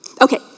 okay